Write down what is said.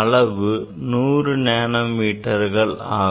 அளவு 100 நானோ மீட்டர்கள் ஆகும்